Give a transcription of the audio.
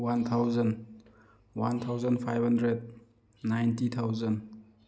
one thousand one thousand five hundred ninety thousand